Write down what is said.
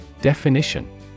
DEFINITION